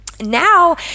now